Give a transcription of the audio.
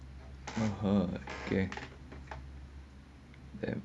mm okay